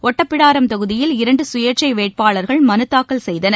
ஒட்டப்பிடாரம் தொகுதியில் இரண்டு சுயேட்சை வேட்பாளர்கள் மனுத் தாக்கல் செய்தனர்